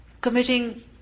committing